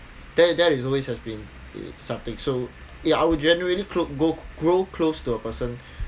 that that is always has been uh something so ya I would genuinely gro~ grow close to a person